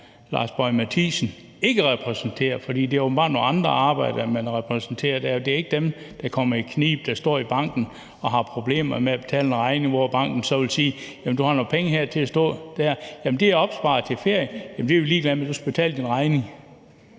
Lars Boje Mathiesen ikke repræsenterer, for det er åbenbart nogle andre arbejdere, man repræsenterer. Det er ikke dem, der kommer i knibe, og som står i banken og har problemer med at betale nogle regninger, hvor banken så vil sige: Du har nogle penge stående her. Så siger man: Jamen de er opsparede til ferie. Så siger banken: Jamen det er vi ligeglade med; du skal betale dine regninger.